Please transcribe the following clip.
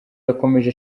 yakomeje